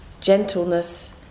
gentleness